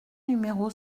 numéro